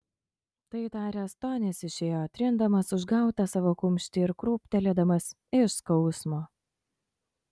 tai taręs tonis išėjo trindamas užgautą savo kumštį ir krūptelėdamas iš skausmo